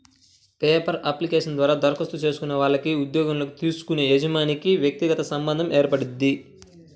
paper application ద్వారా దరఖాస్తు చేసుకునే వాళ్లకి ఉద్యోగంలోకి తీసుకునే యజమానికి వ్యక్తిగత సంబంధం ఏర్పడుద్ది